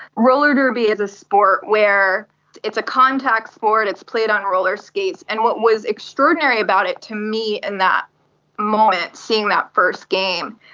roller derby is a sport where it's a contact sport, it's played on rollerskates, and what was extraordinary about it to me in that moment, seeing that first game,